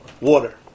water